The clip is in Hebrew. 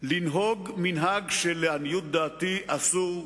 לנהוג מנהג, שלעניות דעתי, אסור,